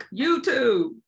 YouTube